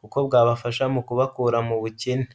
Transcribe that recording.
kuko bwabafasha mu kubakura mu bukene.